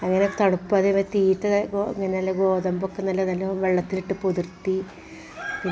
അങ്ങനെ തണുപ്പ് അതേമാതിരി തീറ്റ ഗോ അങ്ങനെ നല്ല ഗോതമ്പൊക്കെ നല്ല നല്ല വെള്ളത്തിലിട്ട് പൊതിർത്തി ദിവസം